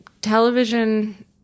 television